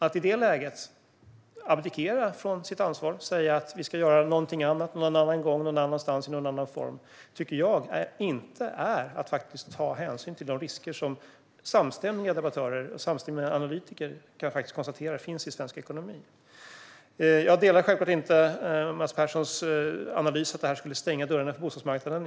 Att i detta läge abdikera från sitt ansvar och säga att vi ska göra något annat någon annan gång, någon annanstans och i någon annan form är inte att ta hänsyn till de risker som faktiskt samstämmiga debattörer och analytiker säger finns i svensk ekonomi. Jag delar självklart inte Mats Perssons analys att det här stänger dörrarna för bostadsmarknaden.